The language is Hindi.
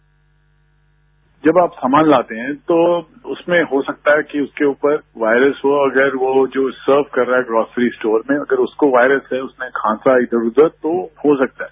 बाइट जब आप सामान लाते हैं तो उसमें हो सकता है कि उसके ऊपर वायरस हो और अगर जो वह सर्व कर रहा है ड्रॉ फ्री स्टोर में अगर उसको वायरस है खांसा इधर उधर तो हो सकता है